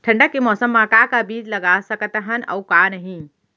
ठंडा के मौसम मा का का बीज लगा सकत हन अऊ का नही?